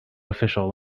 official